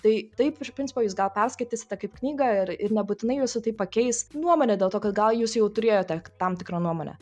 tai taip iš principo jūs gal perskaitysite kaip knygą ir ir nebūtinai jūsų tai pakeis nuomonę dėl to kad gal jūs jau turėjote tam tikrą nuomonę